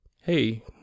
hey